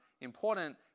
important